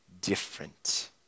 different